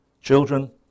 Children